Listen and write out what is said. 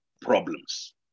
problems